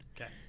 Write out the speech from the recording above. Okay